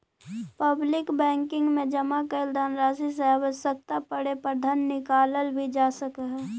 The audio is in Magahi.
पब्लिक बैंकिंग में जमा कैल धनराशि से आवश्यकता पड़े पर धन निकालल भी जा सकऽ हइ